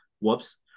Whoops